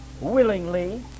willingly